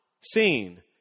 seen